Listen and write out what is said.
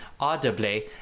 audibly